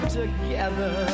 together